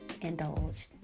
indulge